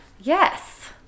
Yes